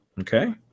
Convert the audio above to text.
Okay